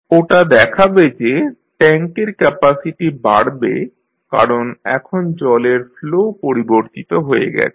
ওটা দেখাবে যে ট্যাঙ্কের ক্যাপাসিটি বাড়বে কারণ এখন জলের ফ্লো পরিবর্তিত হয়ে গেছে